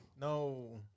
No